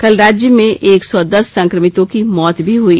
कल राज्य में एक सौ दस संक्रमितों की मौत भी हई